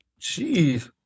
Jeez